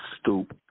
stoop